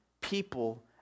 people